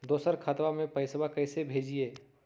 दोसर खतबा में पैसबा कैसे भेजिए?